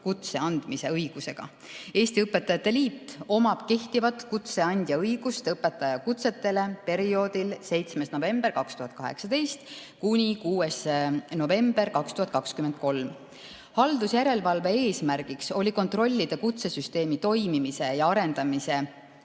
kutse andmise õigusega. Eesti Õpetajate Liit omab kehtivat kutseandja õigust õpetajakutsete puhul perioodil 7. november 2018 kuni 6. november 2023. Haldusjärelevalve eesmärk oli kontrollida kutsesüsteemi toimimise ja arendamise